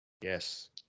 yes